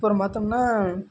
அப்புறம் பார்த்தோம்னா